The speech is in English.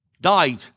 died